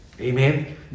Amen